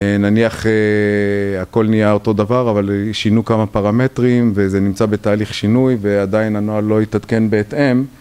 נניח הכל נהיה אותו דבר אבל שינו כמה פרמטרים וזה נמצא בתהליך שינוי ועדיין הנוהל לא התעדכן בהתאם